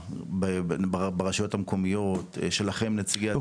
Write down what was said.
ברשויות המקומיות שלכם נציגי הציבור?